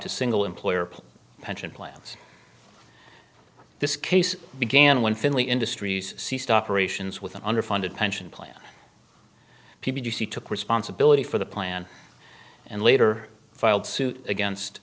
to single employer plans pension plans this case began when finley industries ceased operations with an underfunded pension plan p b two c took responsibility for the plan and later filed suit against